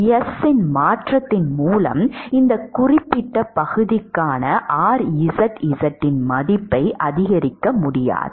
S இன் மாற்றத்தின் மூலம் இந்த குறிப்பிட்ட பகுதிக்கான rzz இன் மதிப்பை அதிகரிக்க முடியாது